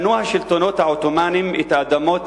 קנו השלטונות העות'מאניים את האדמות